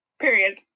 period